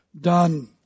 done